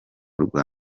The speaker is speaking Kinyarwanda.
rwa